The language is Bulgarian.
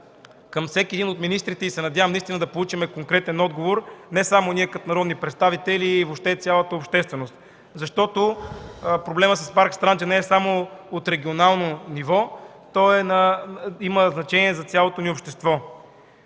към всеки един от министрите, като се надявам наистина да получим конкретен отговор и не само ние като народни представители, а въобще цялата общественост, защото проблемът с парк „Странджа” не е само на регионално ниво, той има значение за цялото ни общество,